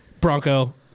Bronco